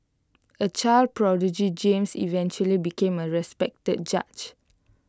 A child prodigy James eventually became A respected judge